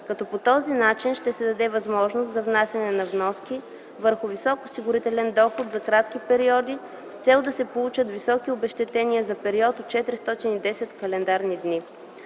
като по този начин ще се даде възможност за внасяне на вноски върху висок осигурителен доход за кратки периоди с цел да се получат високи обезщетения за период от 410 календарни дни.